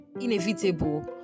inevitable